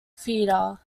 feeder